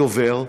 דובר,